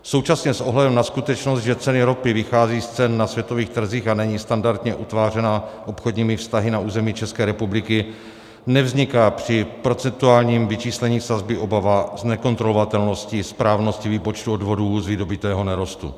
Současně s ohledem na skutečnost, že ceny ropy vycházejí z cen ropy na světových trzích a není standardně utvářena obchodními vztahy na území České republiky, nevzniká při procentuálním vyčíslení sazby obava z nekontrolovatelnosti správnosti výpočtu odvodů z vydobytého nerostu.